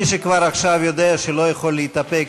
מי שכבר עכשיו יודע שהוא לא יכול להתאפק,